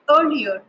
earlier